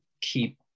keep